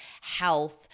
health